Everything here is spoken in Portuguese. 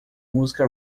música